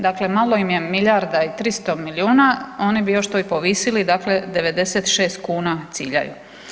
Dakle, malo im je milijarda i 300 milijuna oni bi još to i povisili dakle 96 kuna ciljaju.